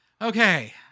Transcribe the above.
Okay